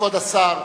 כבוד השר,